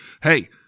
hey